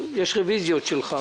הרוויזיה.